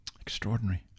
Extraordinary